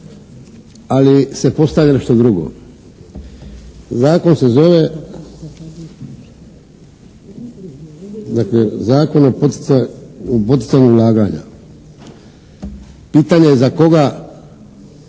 Ali se postavlja nešto drugo. Zakon se zove, dakle, Zakon o poticanju ulaganja. Pitanje za koga